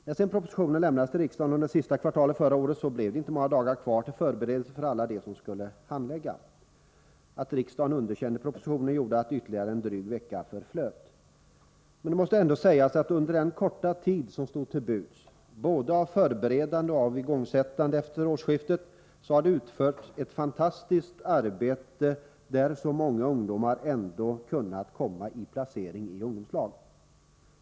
När sedan propositionen lämnades till riksdagen under sista kvartalet förra året, så blev det inte många dagar kvar till förberedelse för alla dem som skulle handlägga. Att riksdagen underkände propositionen gjorde att ytterligare en dryg vecka förflöt. Men det måste ändå sägas att under den korta tid som stod till buds för både förberedelse och igångsättande efter årsskiftet har det utförts ett fantastiskt arbete, då så många ungdomar kunnat få placering i ungdomslag.